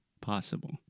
possible